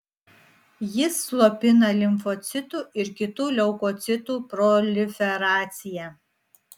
jis slopina limfocitų ir kitų leukocitų proliferaciją